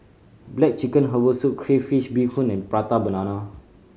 black chicken herbal soup crayfish beehoon and Prata Banana